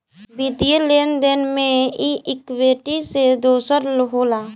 वित्तीय लेन देन मे ई इक्वीटी से दोसर होला